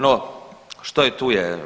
No, što je tu je.